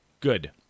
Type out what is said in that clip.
Good